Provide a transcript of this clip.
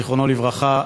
זכרו לברכה,